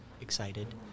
excited